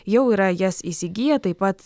jau yra jas įsigiję taip pat